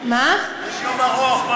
יש יום ארוך.